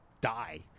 die